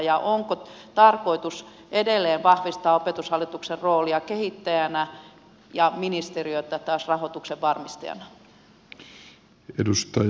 ja onko tarkoitus edelleen vahvistaa opetushallituksen roolia kehittäjänä ja ministeriötä taas rahoituksen varmistajana